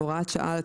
הוראת שעה,